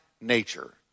nature